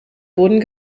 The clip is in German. wurden